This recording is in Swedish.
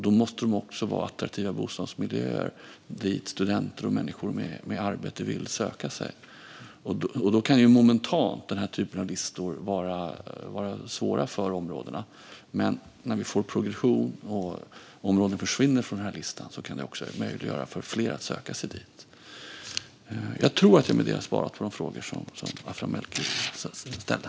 Då måste de också vara attraktiva bostadsmiljöer dit studenter och människor med arbete vill söka sig. Momentant kan den här typen av listor vara svåra för områdena, men när vi får progression och områden försvinner från listan kan det möjliggöra för fler att söka sig dit. Jag tror att jag med detta har svarat på de frågor som Aphram Melki ställde.